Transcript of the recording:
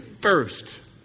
first